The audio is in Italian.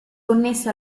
connesse